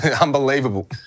Unbelievable